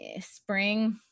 spring